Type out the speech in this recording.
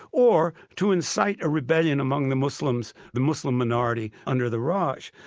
or to incite a rebellion among the muslims, the muslim minority under the raj.